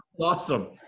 awesome